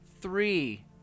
three